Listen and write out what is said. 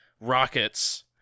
rockets